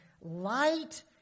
light